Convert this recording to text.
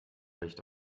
licht